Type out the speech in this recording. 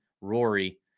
Rory